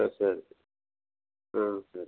சரி சரி ஆ சரி